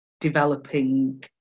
developing